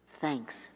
Thanks